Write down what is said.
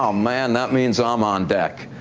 um man. that means i'm on deck.